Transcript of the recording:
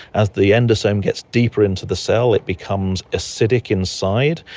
as the endosome gets deeper into the cell it becomes acidic inside,